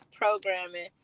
programming